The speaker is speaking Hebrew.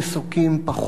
פחות סוסים,